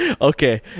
okay